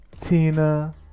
Tina